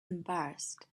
embarrassed